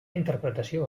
interpretació